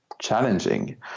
challenging